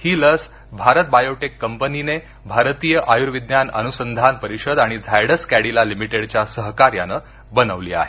ही लस भारत बायोटेक कंपनीने भारतीय आयुर्विज्ञान अनुसंधान परिषद आणि झायडस कैडिला लिमिटेडच्या सहकार्यान बनवली आहे